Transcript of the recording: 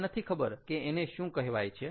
મને નથી ખબર કે એને શું કહેવાય છે